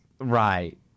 Right